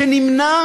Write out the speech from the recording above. נמנע